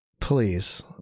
please